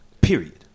Period